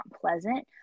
pleasant